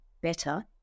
better